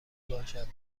باشد